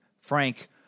Frank